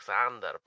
Alexander